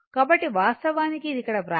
కాబట్టి వాస్తవానికి ఇది ఇక్కడ వ్రాయబడినది